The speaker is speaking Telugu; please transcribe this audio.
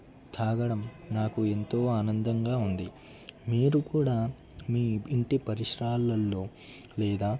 తాగడం నాకు ఎంతో ఆనందంగా ఉంది మీరు కూడా మీ ఇంటి పరిసరాలలో లేదా